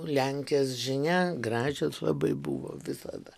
lenkės žinia gražios labai buvo visada